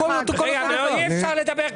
אנחנו מדברים על